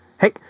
Hey